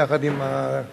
יחד עם הפלסטינים,